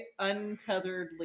untetheredly